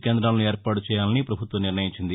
కేందాలను ఏర్పాటు చేయాలని పభుత్వం నిర్ణయించింది